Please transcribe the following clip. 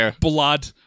blood